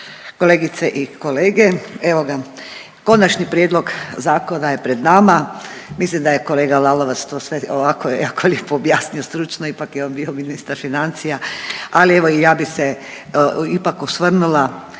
kolegice i kolege, evo ga konačni prijedlog zakona je pred nama, mislim da je kolega Lalovac to sve ovako jako lijepo objasnio, stručno ipak je on bio ministar financija, ali evo i ja bi se ipak osvrnula